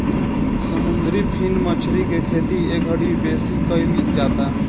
समुंदरी फिन मछरी के खेती एघड़ी बेसी कईल जाता